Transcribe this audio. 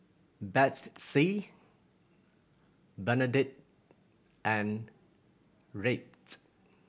Bethzy Bernadette and Rhett